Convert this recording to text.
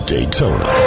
Daytona